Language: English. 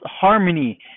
harmony